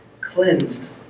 cleansed